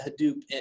hadoop